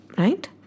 right